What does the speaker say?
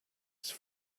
ice